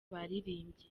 baririmbye